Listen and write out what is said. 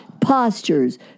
postures